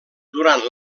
durant